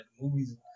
movies